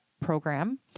program